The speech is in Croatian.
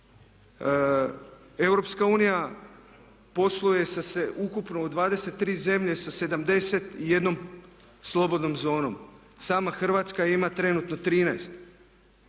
rezultate. EU posluje sa ukupno u 23 zemlje sa 71 slobodnom zonom, sama Hrvatska ima trenutno 13.